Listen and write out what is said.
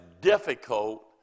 difficult